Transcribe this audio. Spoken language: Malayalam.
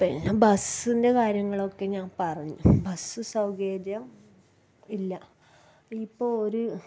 പിന്നെ ബസ്സിൻ്റെ കാര്യങ്ങളൊക്കെ ഞാൻ പറഞ്ഞു ബസ്സ് സൗകര്യം ഇല്ല ഇപ്പോൾ ഒര്